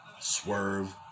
Swerve